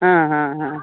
ಹಾಂ ಹಾಂ ಹಾಂ